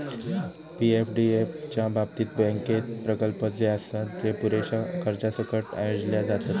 पी.एफडीएफ च्या बाबतीत, बँकेत प्रकल्प जे आसत, जे पुरेशा कर्जासकट आयोजले जातत